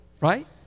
right